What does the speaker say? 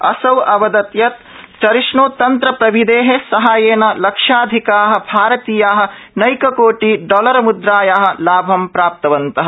असौ अवदत् यत् चरिष्ण्तन्त्रप्रविधे साहाय्येन लक्षाधिका भारतीया नैककोटि डॉलरमुद्राया लाभम् प्राप्तवन्तः